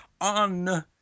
on